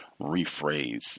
rephrase